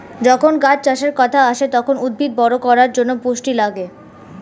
যখন গাছ চাষের কথা আসে, তখন উদ্ভিদ বড় করার জন্যে পুষ্টি লাগে